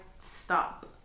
stop